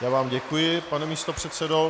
Já vám děkuji, pane místopředsedo.